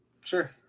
Sure